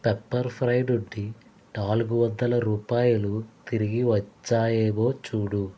Pepperfry నుండి నాలుగు వందల రూపాయలు తిరిగివచ్చాయేమో చూడు